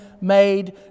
made